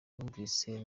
numvise